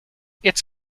its